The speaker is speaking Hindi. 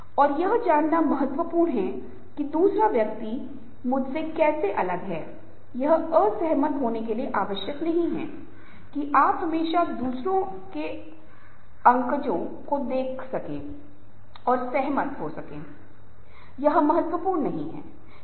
और ये कुछ कमजोरियां हैं जो इस तरह हैं निष्क्रियता ये लोग बहुत सक्रिय नहीं हैं एक बैठक में चर्चा में ये लोग सुनेंगे और वे कोई प्रतिक्रिया नहीं देंगे